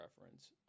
reference